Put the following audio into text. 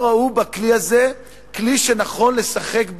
לא ראו בכלי הזה כלי שנכון לשחק בו,